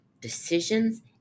decisions